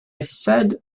said